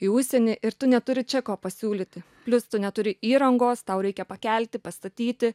į užsienį ir tu neturi čia ko pasiūlyti plius tu neturi įrangos tau reikia pakelti pastatyti